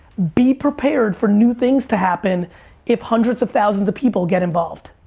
be prepared for new things to happen if hundreds of thousands of people get involved.